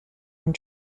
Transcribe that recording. and